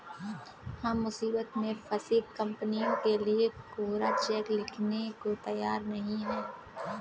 हम मुसीबत में फंसी कंपनियों के लिए कोरा चेक लिखने को तैयार नहीं हैं